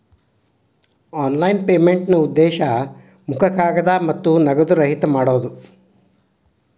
online ಪೇಮೆಂಟ್ನಾ ಉದ್ದೇಶ ಮುಖ ಕಾಗದ ಮತ್ತ ನಗದು ರಹಿತ ಮಾಡೋದ್